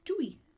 Tui